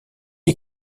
est